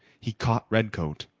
he caught redcoat.